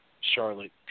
Charlotte